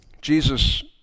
Jesus